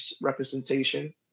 representation